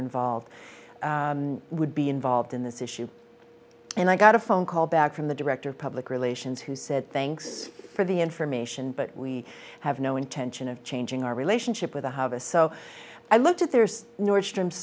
involved would be involved in this issue and i got a phone call back from the director of public relations who said thanks for the information but we have no intention of changing our relationship with the harvest so i looked at their nordstrom